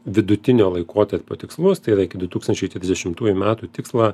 vidutinio laikotarpio tikslus tai yra iki du tūkstančiai trisdešimtųjų metų tikslą